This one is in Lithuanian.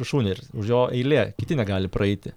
viršūnė ir už jo eilė kiti negali praeiti